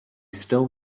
still